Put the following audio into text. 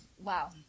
Wow